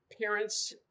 parents